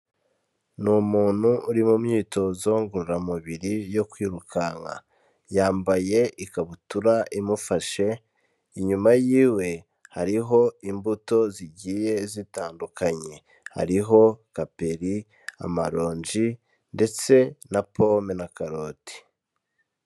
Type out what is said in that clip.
Ni umuntu uri mu myitozo ngororamubiri yo kwirukanka, yambaye ikabutura imufashe, inyuma yiwe hariho imbuto zigiye zitandukanye hariho kaperi, amaronji ndetse na pome na karoti.